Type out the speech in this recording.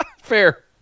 Fair